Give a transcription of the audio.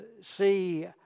see